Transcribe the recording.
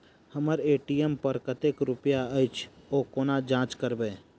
हम्मर ए.टी.एम पर कतेक रुपया अछि, ओ कोना जाँच करबै?